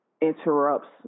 interrupts